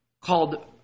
called